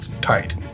Tight